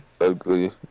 ugly